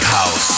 House